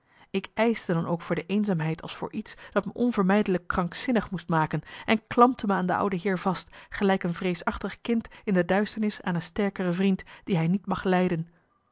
ik ijsde dan ook voor de eenzaamheid als voor iets dat me onvermijdelijk krankzinning moest maken en klampte me aan de oude heer vast gelijk een vreesachtig kind in de duisternis aan een sterkere vriend die hij niet mag lijden